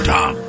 Tom